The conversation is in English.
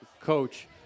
coach